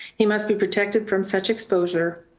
he must be protected from such exposure,